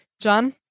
John